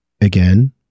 again